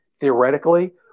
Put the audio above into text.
theoretically